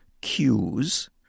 cues